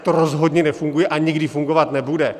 Tak to rozhodně nefunguje a nikdy fungovat nebude.